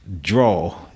draw